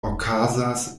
okazas